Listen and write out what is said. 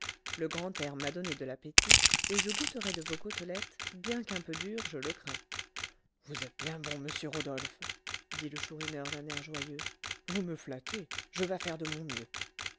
le grand air m'a donné de l'appétit et je goûterai de vos côtelettes bien qu'un peu dures je le crains vous êtes bien bon monsieur rodolphe dit le chourineur d'un air joyeux vous me flattez je vas faire de mon mieux